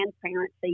transparency